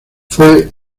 fue